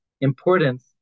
importance